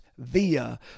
Via